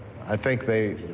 i think they